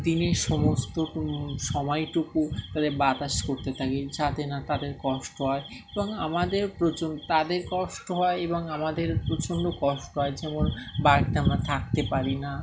দিনের সমস্ত সময়টুকু তাদের বাতাস করতে থাকি যাতে না তাদের কষ্ট হয় এবং আমাদের প্রচ তাদের কষ্ট হয় এবং আমাদের প্রচণ্ড কষ্ট হয় যেমন বাড়িতে আমরা থাকতে পারি না